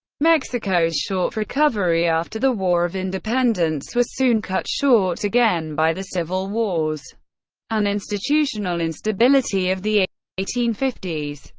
mexico's short recovery after the war of independence was soon cut short again by the civil wars and institutional instability of the eighteen fifty s,